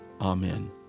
Amen